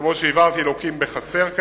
כמו שהבהרתי, לוקים בחסר.